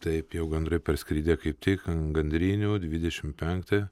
taip jau gandrai parskridę kaip tik ant gandrinių dvidešim penktą